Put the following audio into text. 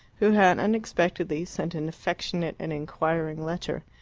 who had unexpectedly sent an affectionate and inquiring letter.